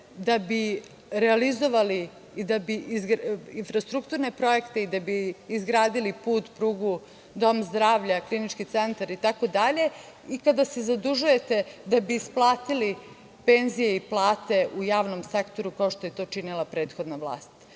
da bi realizovali infrastrukturne projekte i da bi izgradili put, prugu, dom zdravlja, klinički centar itd. i kada se zadužujete da bi isplatili penzije i plate u javom sektoru, kao što je to činila prethodna vlast. Dakle,